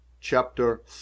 Chapter